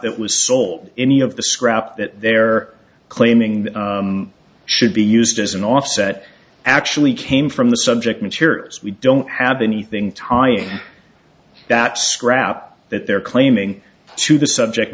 that was sold any of this crap that they're claiming should be used as an offset actually came from the subject material as we don't have anything tying that scrap that they're claiming to the subject